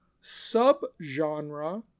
sub-genre